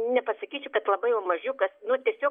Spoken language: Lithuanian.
nepasakysi kad labai jau mažiukas nu tiesiog